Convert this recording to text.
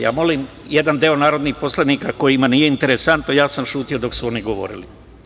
Ja molim jedan deo narodnih poslanika kojima nije interesantno, ja sam ćutao dok su oni govorili.